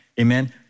amen